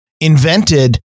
invented